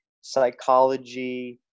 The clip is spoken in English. psychology